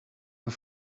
een